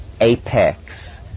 apex